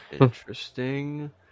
Interesting